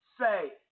say